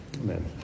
Amen